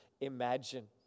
imagine